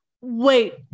Wait